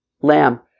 lamb